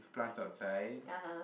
plants outside